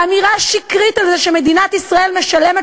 האמירה השקרית הזאת שמדינת ישראל משלמת